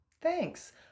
Thanks